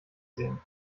sehen